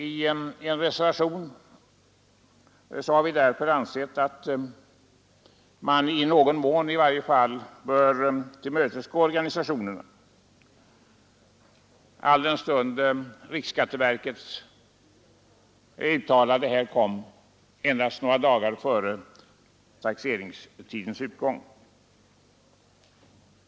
I en reservation har vi uttalat att man åtminstone i någon mån bör tillmötesgå organisationerna alldenstund riksskatteverkets anvisningar kom endast några dagar före deklarationstidens utgång.